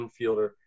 infielder